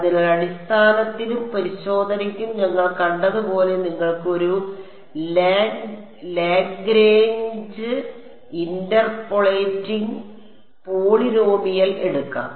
അതിനാൽ അടിസ്ഥാനത്തിനും പരിശോധനയ്ക്കും ഞങ്ങൾ കണ്ടത് പോലെ നിങ്ങൾക്ക് ഒരു Lagrange interpolating polynomial എടുക്കാം